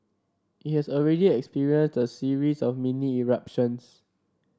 it has already experienced a series of mini eruptions